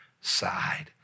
side